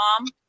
mom